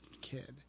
kid